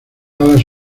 alas